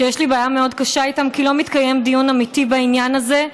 שיש לי בעיה מאוד קשה איתן כי לא מתקיים דיון אמיתי בעניין הזה,